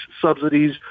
subsidies